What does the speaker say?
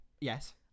yes